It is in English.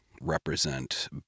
represent